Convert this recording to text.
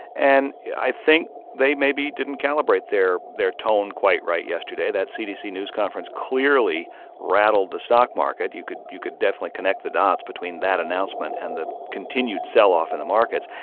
and i think they maybe didn't calibrate their their tone quite right yesterday. that cdc news conference clearly rattled the stock market. you could you could definitely connect the dots between that announcement and the continued sell-off in the markets.